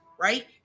right